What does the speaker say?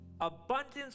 abundance